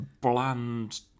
bland